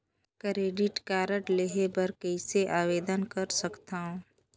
Credit card लेहे बर कइसे आवेदन कर सकथव?